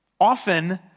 often